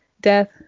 death